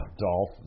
Dolph